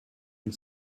and